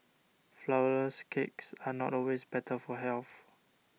Flourless Cakes are not always better for health